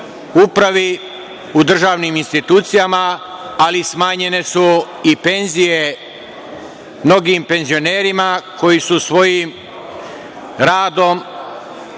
upravi, u državnim institucijama, ali su smanjene i penzije mnogim penzionerima koji su svojim radom